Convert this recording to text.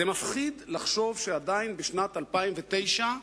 מפחיד לחשוב שעדיין, בשנת 2009,